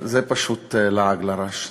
זה פשוט לעג לרש.